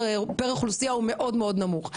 פר אוכלוסייה הוא מאוד-מאוד נמוך.